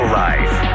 life